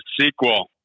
sequel